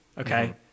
okay